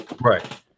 Right